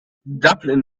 dublin